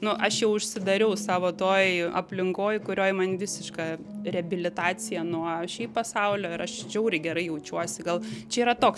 nu aš jau užsidariau savo toj aplinkoj kurioj man visiška reabilitacija nuo šiaip pasaulio ir aš žiauriai gerai jaučiuosi gal čia yra toks